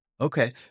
Okay